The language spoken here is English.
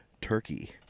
Turkey